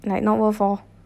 like not worth orh